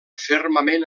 fermament